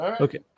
Okay